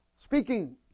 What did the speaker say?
speaking